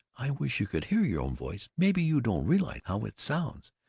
i wish you could hear your own voice! maybe you don't realize how it sounds.